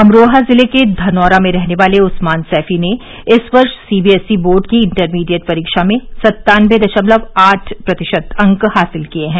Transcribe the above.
अमरोहा जिले के धनौरा में रहने वाले उस्मान सैफी ने इस वर्ष सीबीएसई बोर्ड की इण्टरमीडिएट परीक्षा में सत्तानबे दशमलव आठ प्रतिशत अंक हासिल किये हैं